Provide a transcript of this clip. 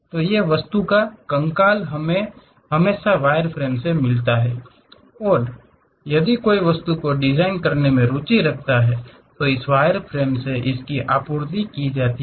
तो वस्तु का कंकाल हमें हमेशा इस वायरफ्रेम से मिलता है और यदि कोई वस्तु को डिजाइन करने में रुचि रखता है तो इस वायरफ्रेम से इसकी आपूर्ति की जाती है